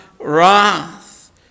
wrath